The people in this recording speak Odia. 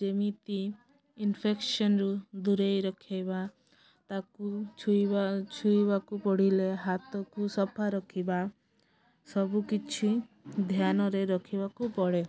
ଯେମିତି ଇନଫେକ୍ସନରୁୁ ଦୂରେଇ ରଖେଇବା ତାକୁ ଛୁଇଁବା ଛୁଇଁବାକୁ ପଡ଼ିଲେ ହାତକୁ ସଫା ରଖିବା ସବୁକିଛି ଧ୍ୟାନରେ ରଖିବାକୁ ପଡ଼େ